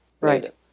Right